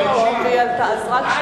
יש סדר?